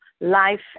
life